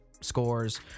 scores